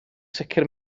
sicr